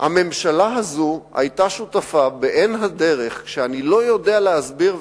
הממשלה הזאת היתה שותפה ב"אין הדרך" שאני לא יודע להסביר,